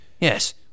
Yes